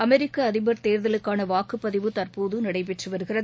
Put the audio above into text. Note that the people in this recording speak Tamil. அமெரிக்க அதிபர் தேர்தலுக்காள வாக்குப் பதிவு தற்போது நடைபெற்று வருகிறது